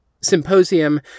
symposium